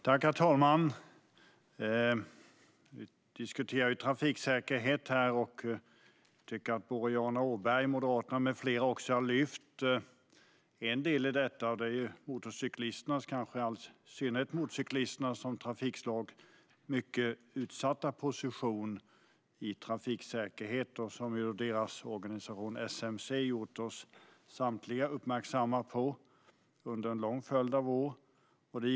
Herr talman! Vi diskuterar nu trafiksäkerhet, och både Boriana Åberg och Per Klarberg har lyft upp en del i detta, nämligen motorcyklisternas mycket utsatta situation. Detta har även deras organisation SMC uppmärksammat oss samtliga på under en lång följd av år.